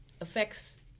affects